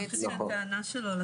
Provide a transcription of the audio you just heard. הטענה שלו היא על